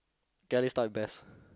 okay ah let's start with best